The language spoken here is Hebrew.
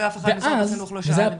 ואף אחד ממשרד החינוך לא שאל.